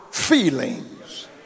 feelings